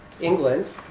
England